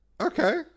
Okay